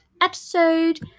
episode